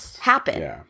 happen